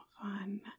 fun